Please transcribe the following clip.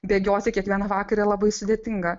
bėgioti kiekvieną vakarą labai sudėtinga